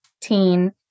teen